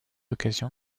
occasion